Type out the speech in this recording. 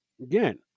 again